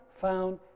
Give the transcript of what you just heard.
found